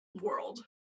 world